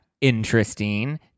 interesting